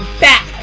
back